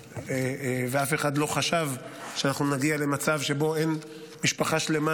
ואף אחד לא חשב שאנחנו נגיע למצב שבו משפחה שלמה